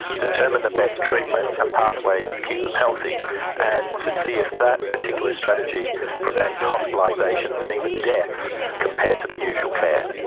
determine the best treatments and pathways to keep them healthy and to see if that particular strategy prevents hospitalisations and even deaths compared to the usual care.